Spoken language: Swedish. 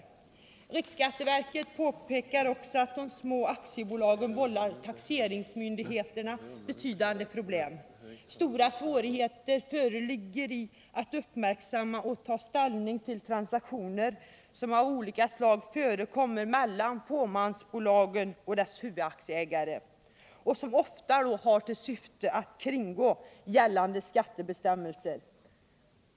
Riksskatteverket påpekar också att de små aktiebolagen vållar taxeringsmyndigheterna betydande problem. Stora svårigheter föreligger att uppmärksamma och ta ställning till transaktioner av olika slag som förekommer mellan fåmansbolag och deras huvudaktieägare och som ofta har till syfte att kringgå gällande skattebestämmelser.